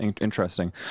interesting